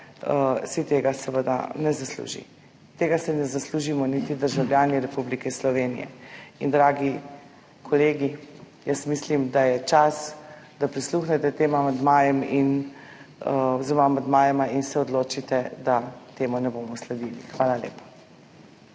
si tega seveda ne zasluži. Tega si ne zaslužimo niti državljani Republike Slovenije. Dragi kolegi, jaz mislim, da je čas, da prisluhnete tem amandmajem oziroma amandmajema in se odločite, da temu ne bomo sledili. Hvala lepa.